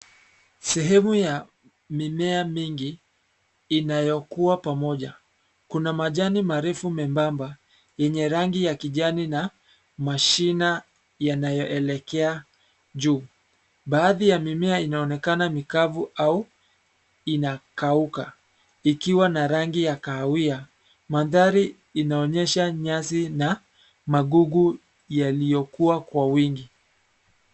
Sehemu ya mimea mingi inayokua pamoja. Kuna majani marefu membamba, yenye rangi ya kijani na mashina yanayoelekea juu. Baadhi ya mimea inaonekana mikavu au inakauka ikiwa na rangi ya kahawai. Mandhari inaonyesha nyasi na magugu yaliyokua kwa wingi.